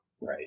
Right